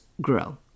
grow